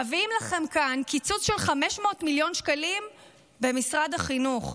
מביאים לכם כאן קיצוץ של 500 מיליון שקלים במשרד החינוך.